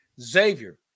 Xavier